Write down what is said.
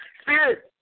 Spirit